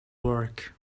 work